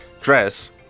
dress